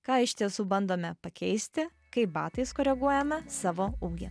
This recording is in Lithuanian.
ką iš tiesų bandome pakeisti kai batais koreguojame savo ūgį